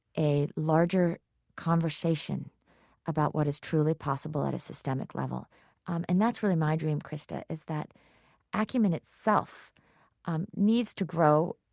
a larger conversation about what is truly possible at a systemic level and that's really my dream, krista, is that acumen itself um needs to grow,